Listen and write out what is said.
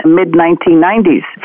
mid-1990s